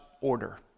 order